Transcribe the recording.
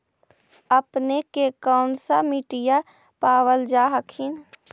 अपने के कौन सा मिट्टीया पाबल जा हखिन?